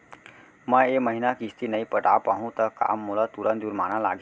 मैं ए महीना किस्ती नई पटा पाहू त का मोला तुरंत जुर्माना लागही?